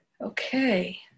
okay